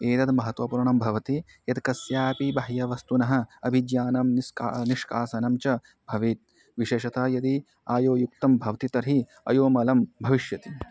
एतद् महत्वपूर्णं भवति यत् कस्यापि बाह्यवस्तुनः अभिज्ञानं निस्का निष्कासनं च भवेत् विशेषतः यदि आयोयुक्तं भवति तर्हि अयोमलं भविष्यति